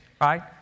right